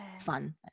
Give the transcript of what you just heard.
fun